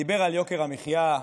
דיבר על יוקר המחיה,